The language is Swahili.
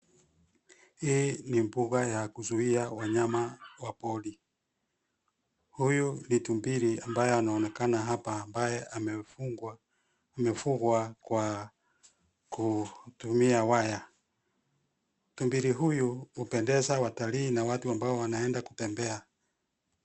Hii ni mbuga ya kuzia wanyama wa pori. Huyu ni tumbili ambaye anaonekana hapa, ambaye amefugwa kwa kutumia waya. Tumbili huyu hupendeza watalii na watu ambao wanaenda kutembea.